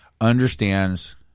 understands